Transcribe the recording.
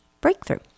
breakthrough